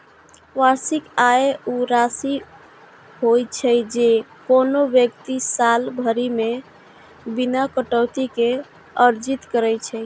वार्षिक आय ऊ राशि होइ छै, जे कोनो व्यक्ति साल भरि मे बिना कटौती के अर्जित करै छै